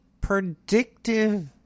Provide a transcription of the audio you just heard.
predictive